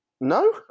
No